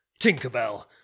Tinkerbell